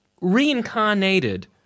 reincarnated